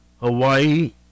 Hawaii